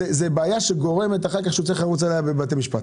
זאת בעיה עליה הוא צריך אחר כך להתמודד בבית המשפט.